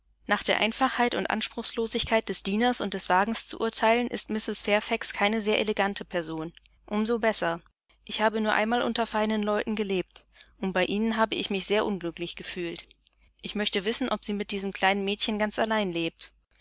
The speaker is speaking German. nach der einfachheit und der anspruchslosigkeit des dieners und des wagens zu urteilen ist mrs fairfax keine sehr elegante person um so besser ich habe nur einmal unter feinen leuten gelebt und bei ihnen habe ich mich sehr unglücklich gefühlt ich möchte wissen ob sie mit diesem kleinen mädchen ganz allein lebt